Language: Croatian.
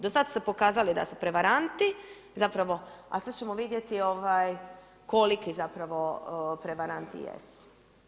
Do sad su se pokazali da su prevaranti, zapravo, a sad ćemo vidjeti ovaj, koliki zapravo prevaranti, jesu.